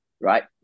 right